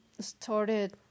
started